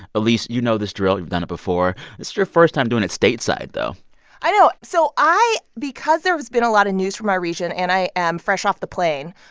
elise, you know this drill. you've done it before. this is your first time doing it stateside, though i know. so i because there's been a lot of news from my region and i am fresh off the plane